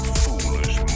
foolish